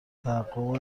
تحقق